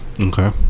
okay